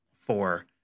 four